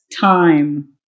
time